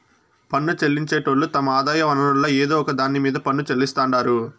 పన్ను చెల్లించేటోళ్లు తమ ఆదాయ వనరుల్ల ఏదో ఒక దాన్ని మీద పన్ను చెల్లిస్తాండారు